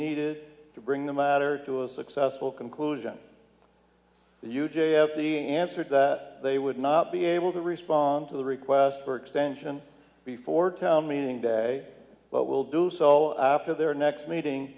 needed to bring the matter to a successful conclusion the huge a being answered that they would not be able to respond to the request for extension before town meeting day but will do so after their next meeting